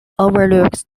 overlooks